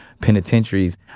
penitentiaries